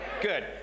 Good